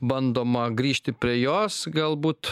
bandoma grįžti prie jos galbūt